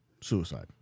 suicide